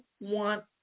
want